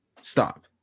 Stop